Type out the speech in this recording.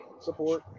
Support